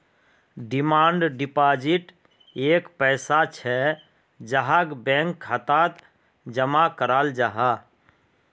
demand deposit एक पैसा छे जहाक बैंक खातात जमा कराल जाहा